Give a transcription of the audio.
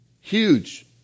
Huge